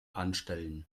anstellen